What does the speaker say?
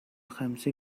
خمسه